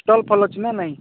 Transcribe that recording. stall full ଅଛି ନା ନାଇଁ